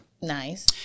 Nice